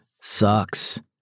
sucks